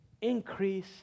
increase